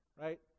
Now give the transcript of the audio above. Right